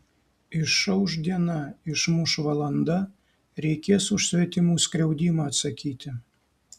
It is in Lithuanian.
išauš diena išmuš valanda reikės už svetimų skriaudimą atsakyti